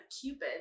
Cupid